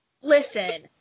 Listen